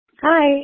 Hi